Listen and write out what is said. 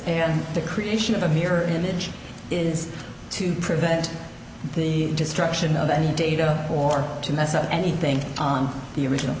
and the creation of a mirror image is to prevent the destruction of any data or to mess up anything on the original